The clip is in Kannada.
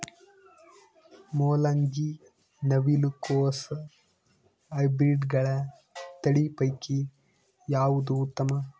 ಮೊಲಂಗಿ, ನವಿಲು ಕೊಸ ಹೈಬ್ರಿಡ್ಗಳ ತಳಿ ಪೈಕಿ ಯಾವದು ಉತ್ತಮ?